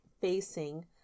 facing